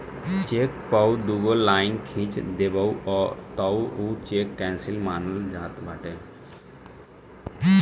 check पअ दुगो line खिंच देबअ तअ उ चेक केंसल मानल जात बाटे